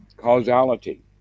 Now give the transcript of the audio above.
Causality